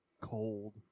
cold